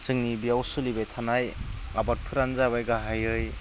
जोंनि बेयाव सोलिबाय थानाय आबादफोरानो जाबाय गाहायै